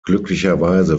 glücklicherweise